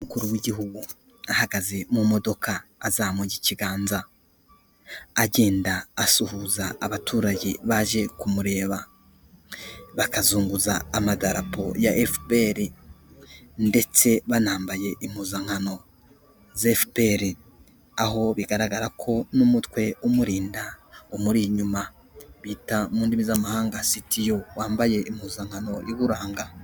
Umukuru w'igihugu ahagaze mu modoka, azamuye ikiganza, agenda asuhuza abaturage baje kumureba bakazunguza amadarapo ya FPR ndetse banambaye impuzankano za FPR, aho bigaragara ko n'umutwe umurinda umuri inyuma bita mu ndimi z'amahanga CTU wambaye impuzankano iburanga.